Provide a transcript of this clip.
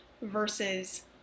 versus